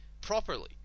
properly